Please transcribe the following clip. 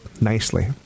Nicely